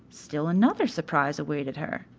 still another surprise awaited her.